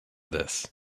this